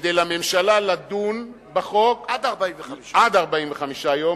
כדי לתת לממשלה לדון בחוק, עד 45. עד 45 יום.